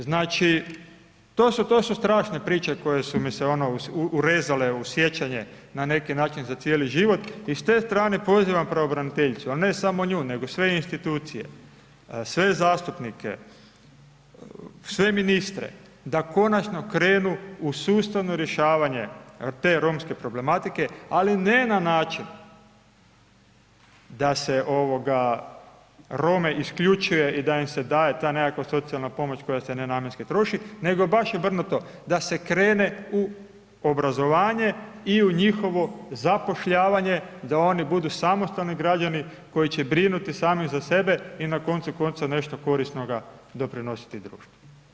Znači, to su strašne priče koje su mi se, ono, urezale u sjećanje na neki način za cijeli život i s te strane pozivam pravobraniteljicu, a ne samo nju nego sve institucije, sve zastupnike, sve ministre, da konačno krenu u sustavno rješavanje te romske problematike, ali ne na način da se Rome isključuje i da im se daje ta nekakva socijalna pomoć koja se nenamjenski troši, nego baš obrnuto, da se krene u obrazovanje i u njihovo zapošljavanje, da oni budu samostalni građani koji će brinuti sami za sebe i na koncu konca, nešto korisnoga doprinositi društvu.